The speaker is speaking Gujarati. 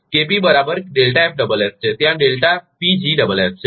છે ત્યાં છે